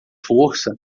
força